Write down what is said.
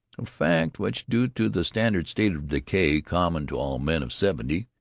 a fact which, due to the standard state of decay common to all men of seventy,